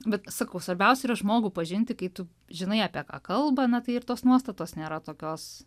bet sakau svarbiausia yra žmogų pažinti kai tu žinai apie ką kalba na tai ir tos nuostatos nėra tokios